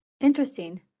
Interesting